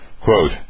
Quote